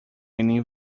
meaning